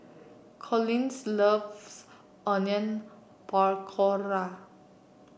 Collins loves Onion Pakora